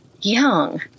young